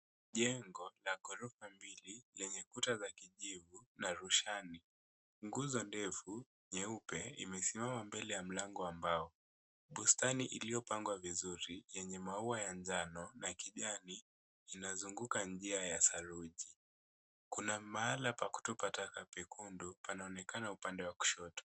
Jengo la ghorofa mbili lenye kuta za kijivu na rushani. Nguzo ndefu nyeupe imesimama mbele ya mlango wa mbao. Bustani iliyopangwa vizuri yenye maua ya njano na kijani, inazunguka njia ya saruji. Kuna mahala pa kutupa taka pekundu panaonekana upande wa kushoto.